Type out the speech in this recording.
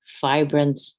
vibrant